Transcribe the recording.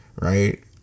right